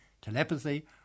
telepathy